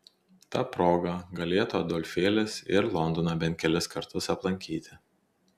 ta proga galėtų adolfėlis ir londoną bent kelis kartus aplankyti